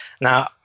Now